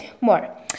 more